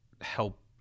help